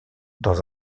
dans